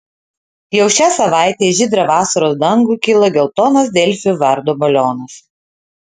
jau šią savaitę į žydrą vasaros dangų kyla geltonas delfi vardo balionas